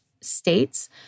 states